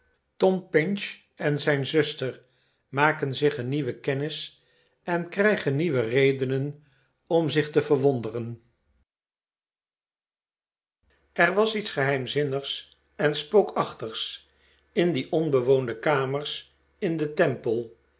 tom pinch en zijn zuster maken zich een nieuwe kennis en krijgen nieuwe redenen om zich te verwonderen er was iets geheimzinnigs en spookachtigs in die onbewoonde kamers in den temple